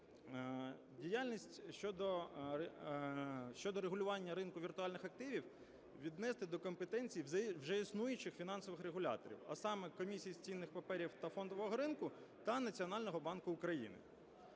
діяльність щодо регулювання ринку віртуальних активів віднести до компетенції вже існуючих фінансових регуляторів, а саме Комісії з цінних паперів та фондового ринку та Національного банку України.